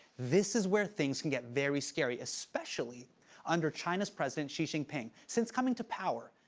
this is where things can get very scary. especially under china's president, xi jinping. since coming to power,